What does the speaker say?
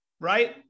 right